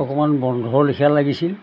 অকণমান বন্ধৰ লেখীয়া লাগিছিল